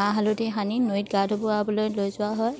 মাহ হালধি সানি নৈত গা ধোৱাবলৈ লৈ যোৱা হয়